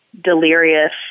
Delirious